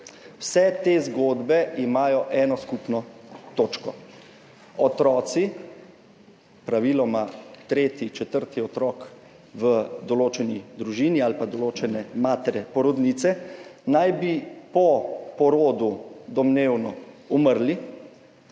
Vse te zgodbe imajo eno skupno točko – otroci, praviloma tretji, četrti otrok v določeni družini ali pa določene matere porodnice, naj bi po porodu domnevno umrli,